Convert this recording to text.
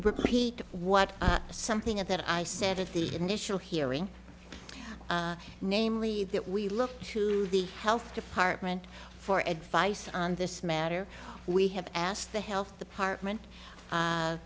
repeat what something of that i said at the initial hearing namely that we look to the health department for advice on this matter we have asked the health department